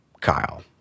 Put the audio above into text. Kyle